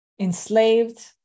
enslaved